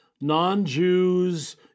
non-Jews